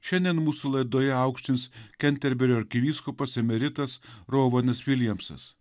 šiandien mūsų laidoje aukštins kenterberio arkivyskupas emeritas rolvonis viljamsas